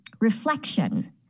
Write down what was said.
reflection